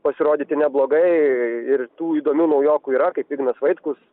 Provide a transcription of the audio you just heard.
pasirodyti neblogai ir tų įdomių naujokų yra kaip ignas vaitkus